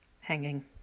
hanging